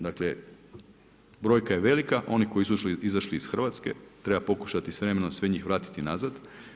Dakle, brojka je velika, oni koji su ušli, izašli iz Hrvatske, treba pokušati s vremenom sve njih vratiti nazad.